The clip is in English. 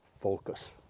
focus